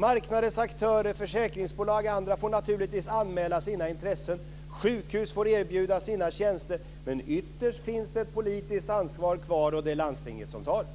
Marknadens aktörer, försäkringsbolag och andra får naturligtvis anmäla sina intressen och sjukhus får erbjuda sina tjänster, men ytterst finns det ett politiskt ansvar kvar, och det är landstinget som tar det.